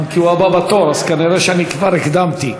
כי הוא הבא בתור, אז נראה שכבר הקדמתי.